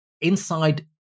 inside